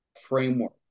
framework